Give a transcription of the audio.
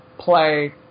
play